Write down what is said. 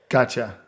Gotcha